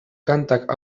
kantak